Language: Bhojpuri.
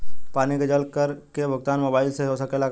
पानी के जल कर के भुगतान मोबाइल से हो सकेला का?